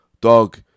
dog